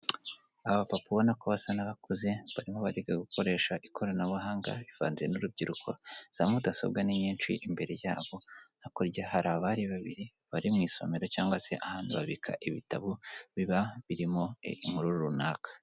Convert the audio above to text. Abapapa ubona ko basa n'abakuze barimo bariga gukoresha ikoranabuhanga rivanze n'urubyiruko, za mudasobwa ni nyinshi imbere yabo, hakurya hari abari babiri bari mu isomero cyangwa se ahantu babika ibitabo biba birimo inkuru runaka.